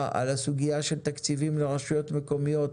על הסוגיה של תקציבים לרשויות מקומיות